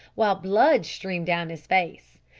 while blood streamed down his face.